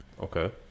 Okay